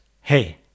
hey